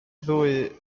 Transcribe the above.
ddwy